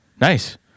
Nice